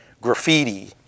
graffiti